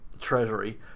Treasury